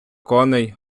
коней